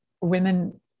women